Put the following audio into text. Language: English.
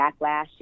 backlash